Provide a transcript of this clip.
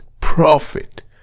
profit